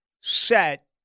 set